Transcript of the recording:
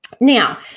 Now